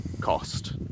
cost